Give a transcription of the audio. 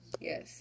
Yes